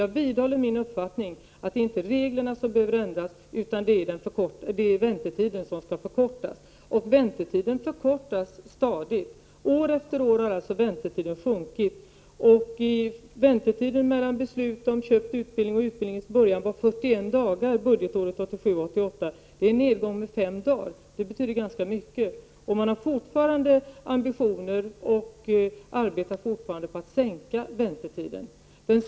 Jag vidhåller min uppfattning att det inte är reglerna som behöver ändras utan väntetiden som skall förkortas. Och väntetiden förkortas stadigt. År efter år har den sjunkit. Väntetiden mellan beslut om köpt utbildning och utbildningens början var 41 dagar budgetåret 1987/88. Det är en nedgång med fem dagar. Det är ganska mycket. Man har fortfarande ambitionen att sänka väntetiden och arbetar för det.